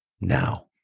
now